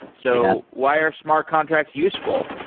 so why are smart contracts useful?